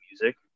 music